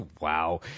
Wow